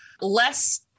Less